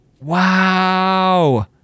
Wow